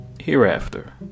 hereafter